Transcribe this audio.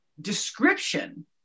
description